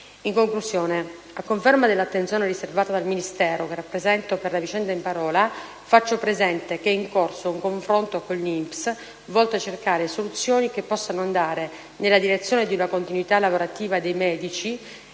In conclusione, a conferma dell'attenzione riservata dal Ministero che rappresento per la vicenda in parola, faccio presente che è in corso un confronto con l'INPS volto a cercare soluzioni che possano andare nella direzione di una continuità lavorativa dei medici